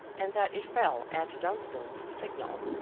and that it fell at dunstan's signal.